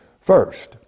First